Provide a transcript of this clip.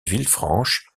villefranche